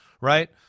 right